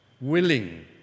willing